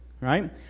Right